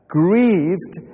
grieved